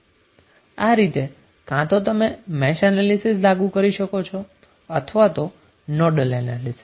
આ રીતે કાં તો તમે મેશ એનાલીસીસ લાગુ કરી શકો અથવા તો નોડલ એનાલીસીસ